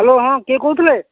hello ହଁ କିଏ କହୁଥିଲେ